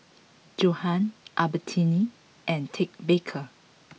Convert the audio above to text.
Johan Albertini and Ted Baker